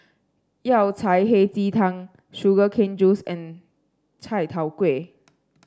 Yao Cai Hei Ji Tang Sugar Cane Juice and Chai Tow Kuay